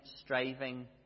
striving